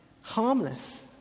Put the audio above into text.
harmless